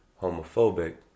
homophobic